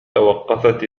توقفت